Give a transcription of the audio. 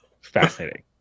Fascinating